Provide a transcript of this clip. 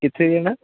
ਕਿੱਥੇ ਜਾਣਾ